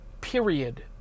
period